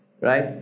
Right